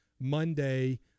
Monday